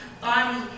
body